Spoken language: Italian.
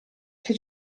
che